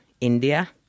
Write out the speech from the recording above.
India